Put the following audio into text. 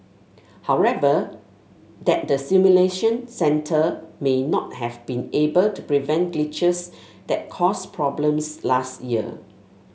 however that the simulation centre may not have been able to prevent glitches that caused problems last year